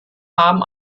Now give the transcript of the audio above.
haben